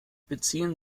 beziehen